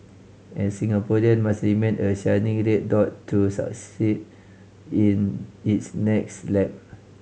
and Singaporean must remain a shining red dot to succeed in its next lap